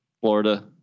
Florida